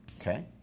Okay